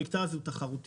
המקטע הזה הוא תחרותי.